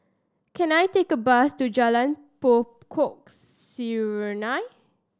can I take a bus to Jalan Pokok Serunai